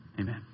Amen